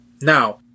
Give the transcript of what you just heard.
Now